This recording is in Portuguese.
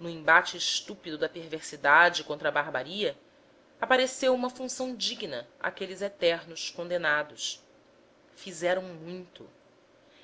no embate estúpido da perversidade contra a barbaria apareceu uma função digna àqueles eternos condenados fizeram muito